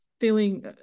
Feeling